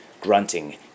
Grunting